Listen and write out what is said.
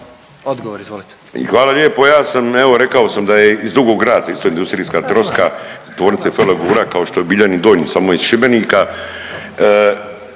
Odgovor, izvolite.